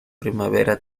primavera